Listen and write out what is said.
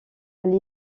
elle